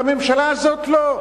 והממשלה הזאת לא.